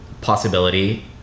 possibility